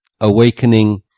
awakening